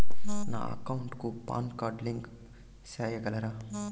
నా అకౌంట్ కు PAN card link సేయగలరా?